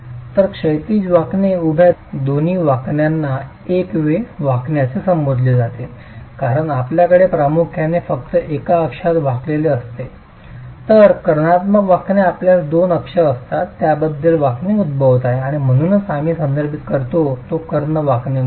तर क्षैतिज वाकणे उभ्या दोन्ही वाकण्यांना एक वे वाकणे असे संबोधले जाते कारण आपल्याकडे प्रामुख्याने फक्त एका अक्षात वाकलेले असते तर कर्णात्मक वाकणे आपल्यास दोन अक्ष असतात ज्याबद्दल वाकणे उद्भवत आहे आणि म्हणूनच आम्ही संदर्भित करतो तो कर्ण वाकणे म्हणून